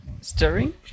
Stirring